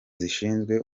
zishinzwe